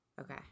Okay